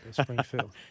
Springfield